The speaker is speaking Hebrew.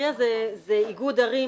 חירייה ואיגוד ערים,